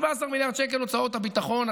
17 מיליארד שקל הוצאות הביטחון,